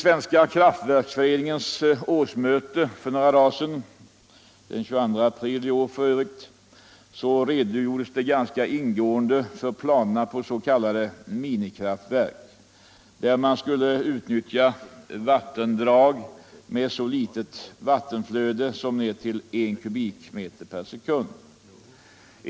Vid Kraftverksföreningens årsmöte den 22 april i år redogjordes ganska ingående för planerna på s.k. minikraftverk, där man skulle utnyttja vattendrag med så litet vattenflöde som ned till 1 m”/sek.